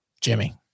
Jimmy